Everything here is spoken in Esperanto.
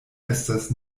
estas